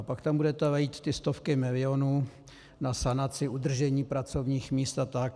Pak tam budete lít ty stovky milionů na sanaci, udržení pracovních míst a tak.